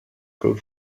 good